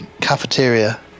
cafeteria